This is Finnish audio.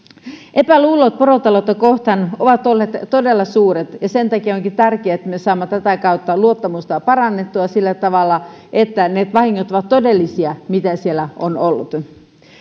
epäluulot porotaloutta kohtaan ovat olleet todella suuret ja sen takia onkin tärkeää että me saamme tätä kautta luottamusta parannettua siihen että ne vahingot ovat todellisia mitä siellä on ollut